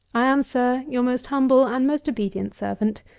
i am, sir, your most humble and most obedient servant,